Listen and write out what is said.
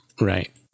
Right